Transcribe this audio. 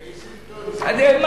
באיזה עיתון זה?